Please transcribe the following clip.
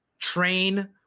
train